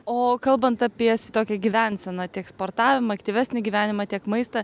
o kalbant apie s tokią gyvenseną tiek sportavimą aktyvesnį gyvenimą tiek maistą